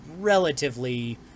relatively